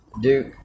Duke